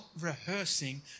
rehearsing